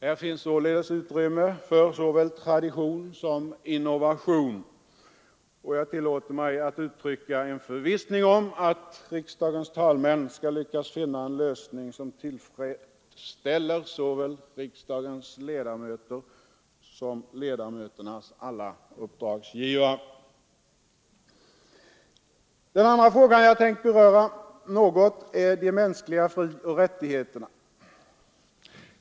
Här finns således utrymme för såväl tradition som innovation, och jag tillåter mig att uttrycka en förvissning om att riksdagens talmän skall lyckas finna en lösning som tillfredsställer såväl riksdagens ledamöter som ledamöternas alla uppdragsgivare. Den andra frågan jag tänkte beröra något är de medborgerliga frioch rättigheterna.